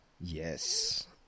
Yes